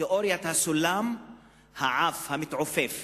תיאוריית הסולם העף, המתעופף.